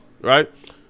right